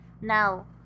Now